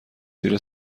زیر